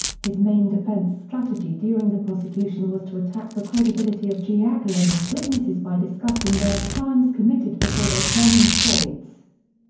his main defense strategy during the prosecution was to attack the credibility of giacalone's witnesses by discussing their crimes committed before their turning states'.